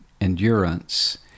endurance